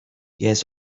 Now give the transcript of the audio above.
yes